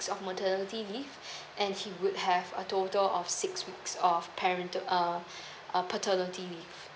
of maternity leave and he would have a total of six weeks of parental uh err paternity leave